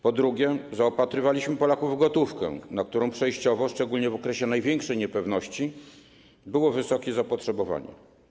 Po drugie, zaopatrywaliśmy Polaków w gotówkę, na którą przejściowo, szczególnie w okresie największej niepewności, było wysokie zapotrzebowanie.